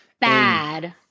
bad